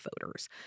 voters